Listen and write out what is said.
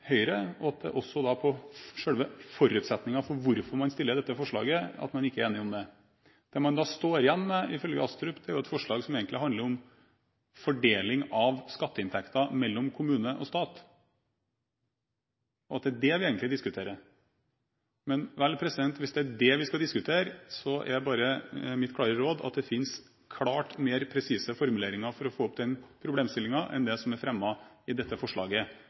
Høyre, og at man ikke er enig i selve forutsetningen for hvorfor man fremmer dette forslaget. Det man står igjen med, ifølge Astrup, er egentlig et forslag som handler om fordeling av skatteinntekter mellom kommune og stat, og at det egentlig er det vi diskuterer. Vel, hvis det er det vi skal diskutere, er mitt klare råd at det finnes klart mer presise formuleringer for å få fram den problemstillingen enn det som er fremmet i dette forslag. Dette er det umulig å lese i dette forslaget.